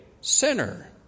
sinner